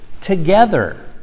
together